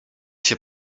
się